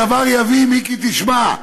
הדבר יביא" מיקי תשמע,